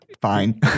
fine